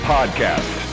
Podcast